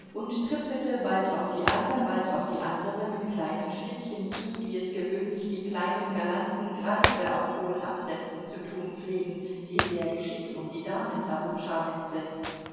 und trippelte bald auf die eine bald auf die andere mit kleinen schrittchen zu wie es gewöhnlich die kleinen galanten greise auf hohen absätzen zu tun pflegen die sehr geschickt um die damen